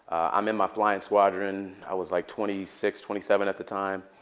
i'm in my flying squadron. i was like twenty six, twenty seven at the time.